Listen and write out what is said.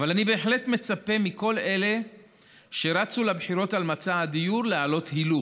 אבל אני בהחלט מצפה מכל אלה שרצו לבחירות על מצע הדיור להעלות הילוך,